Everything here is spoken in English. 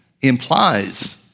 implies